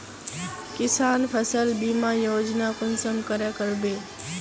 किसान फसल बीमा योजना कुंसम करे करबे?